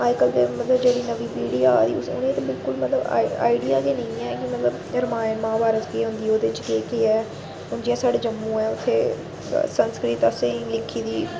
अज्जकल ते मतलब जेह्ड़ी नमीं पीढ़ी ऐ आ दी उनें ते बिलकुल ते मतलब आइडिया गै नेईं ऐ कि मतलब रामायण महाभारत केह् होंदी ओह्दे च केह् केह् ऐ हून जियां साढ़े जम्मू ऐ इत्थें संस्कृत असें ई लिखी दी